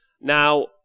Now